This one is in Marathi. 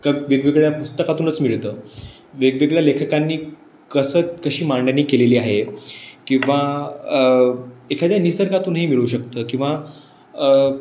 एका वेगवेगळ्या पुस्तकातूनच मिळतं वेगवेगळ्या लेखकांनी कसत कशी मांडणी केलेली आहे किंवा एखाद्या निसर्गातूनही मिळू शकतं किंवा